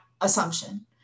assumption